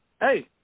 hey